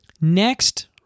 next